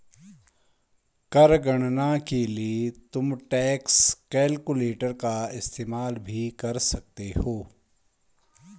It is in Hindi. कर गणना के लिए तुम टैक्स कैलकुलेटर का इस्तेमाल भी कर सकते हो